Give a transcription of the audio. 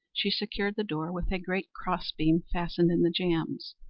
she secured the door with a great crossbeam fastened in the jambs,